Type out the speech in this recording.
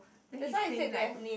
then he say like